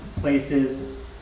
places